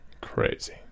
crazy